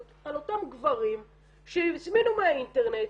על אותם גברים שהזמינו מהאינטרנט,